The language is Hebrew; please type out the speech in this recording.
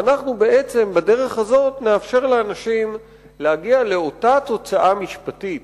ואנחנו בעצם בדרך הזו נאפשר לאנשים להגיע לאותה תוצאה משפטית,